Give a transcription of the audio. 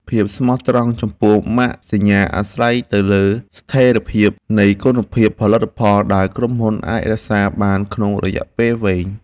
ភាពស្មោះត្រង់ចំពោះម៉ាកសញ្ញាអាស្រ័យទៅលើស្ថិរភាពនៃគុណភាពផលិតផលដែលក្រុមហ៊ុនអាចរក្សាបានក្នុងរយៈពេលវែង។